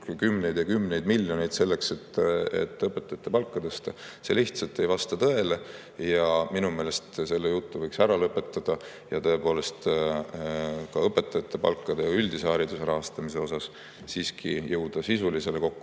kümneid ja kümneid miljoneid selleks, et õpetajate palka tõsta – see lihtsalt ei vasta tõele. Minu meelest selle jutu võiks ära lõpetada ja õpetajate palkade ja üldise hariduse rahastamise osas siiski jõuda sisulisele